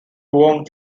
wong